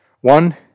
One